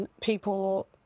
people